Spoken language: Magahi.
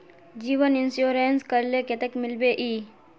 जीवन इंश्योरेंस करले कतेक मिलबे ई?